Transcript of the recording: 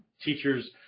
teachers